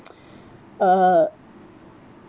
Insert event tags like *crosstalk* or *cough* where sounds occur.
*noise* uh